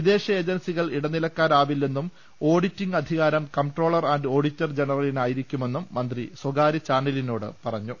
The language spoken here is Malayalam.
വിദേശ ഏജൻസികൾ ഇട നിലക്കാരാവില്ലെന്നും ഓഡിറ്റിംഗ് അധികാരം കൺട്രോളർ ആന്റ് ഓഡിറ്റർ ജനറലിന് ആയിരിക്കുമെന്നും മന്ത്രി സ്വകാര്യ ചാന ലിനോട് പറഞ്ഞു